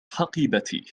حقيبتي